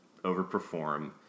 overperform